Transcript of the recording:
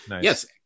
Yes